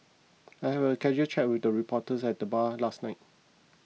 I had a casual chat with a reporter at the bar last night